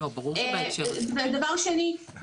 דבר שני,